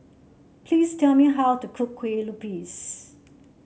please tell me how to cook Kueh Lupis